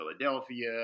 Philadelphia